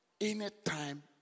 Anytime